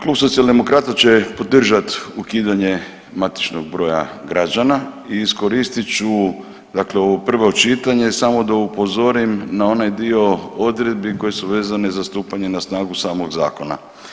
Klub Socijaldemokrata će podržat ukidanje MB-a građana i iskoristit ću dakle ovo prvo čitanje samo da upozorim na onaj dio odredbi koje su vezene za stupanje na snagu samog zakona.